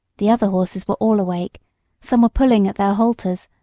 the other horses were all awake some were pulling at their halters,